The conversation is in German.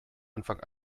anfang